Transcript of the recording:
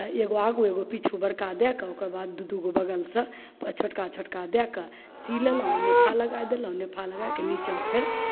तऽ एगो आगू एगो पिछु बड़का दैके ओकरबाद दुइ दुइगो दैके बगलसे छोटका छोटका दैके सी लेलहुँ नेफा लगै देलहुँ नेफा लगैके निचाँ फेर